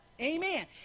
amen